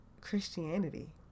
Christianity